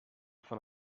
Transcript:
von